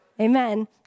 Amen